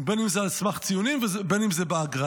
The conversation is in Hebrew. בין אם זה על סמך ציונים ובין אם זה בהגרלה.